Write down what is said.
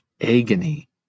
agony